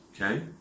okay